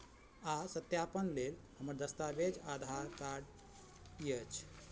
आओर सत्यापन लेल हमर दस्तावेज आधार कार्ड कि अछि